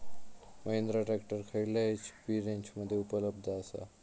Mahindra tractor खयल्या HP रेंजमध्ये उपलब्ध आसा?